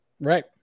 Right